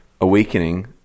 awakening